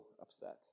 upset